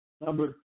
Number